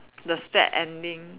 the sad ending